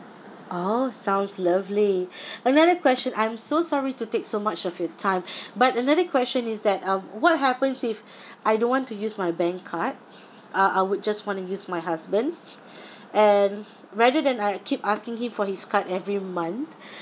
oh sounds lovely another question I'm so sorry to take so much of your time but another question is that um what happens if I don't want to use my bank card uh I would just want to use my husband and rather than I keep asking him for his card every month